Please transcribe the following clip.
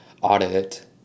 audit